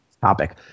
topic